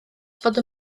fod